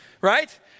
right